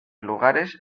lugares